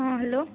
ହଁ ହେଲୋ